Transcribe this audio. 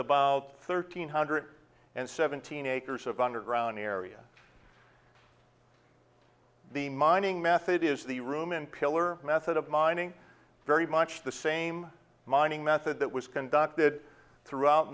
the thirteen hundred and seventeen acres of underground area the mining method is the room and pillar method of mining very much the same mining method that was conducted throughout